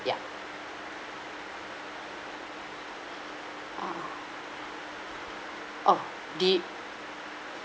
ya ah oh D_